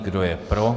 Kdo je pro?